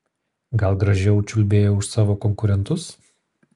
gal gražiau čiulbėjau už savo konkurentus